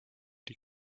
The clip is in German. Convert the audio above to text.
die